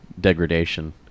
degradation